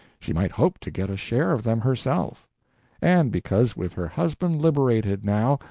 she might hope to get a share of them herself and because, with her husband liberated, now,